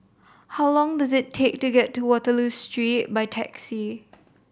how long does it take to get to Waterloo Street by taxi